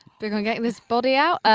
big on getting this body out.